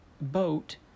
boat